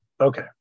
Okay